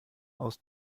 aus